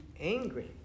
angry